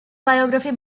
biography